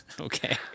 Okay